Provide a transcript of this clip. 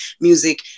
music